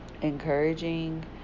Encouraging